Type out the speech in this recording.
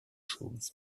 choses